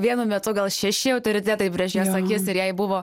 vienu metu gal šeši autoritetai prieš jos akis ir jai buvo